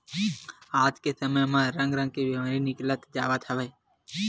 आज के समे म रंग रंग के बेमारी निकलत जावत हवय